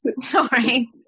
Sorry